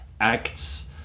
Acts